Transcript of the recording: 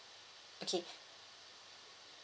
okay